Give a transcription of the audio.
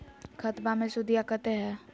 खतबा मे सुदीया कते हय?